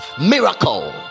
miracle